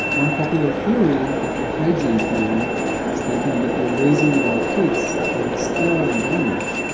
one popular theory is the hygiene theory stating that we are raising our kids in a sterile environment,